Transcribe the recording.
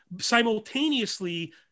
simultaneously